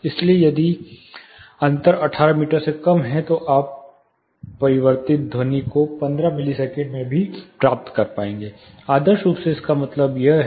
इसलिए यदि अंतर 18 मीटर से कम है तो आप परावर्तित ध्वनि को 15 मिलीसेकंड में भी प्राप्त कर पाएंगे आदर्श रूप से इसका मतलब है